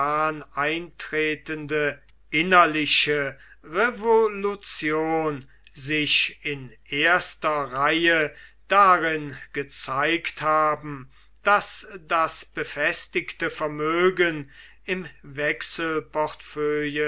eintretende innerliche revolution sich in erster reihe darin gezeigt haben daß das befestigte vermögen im